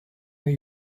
new